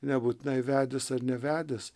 nebūtinai vedęs ar nevedęs